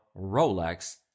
Rolex